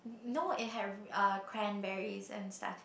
no it had r~ uh cranberries and stuff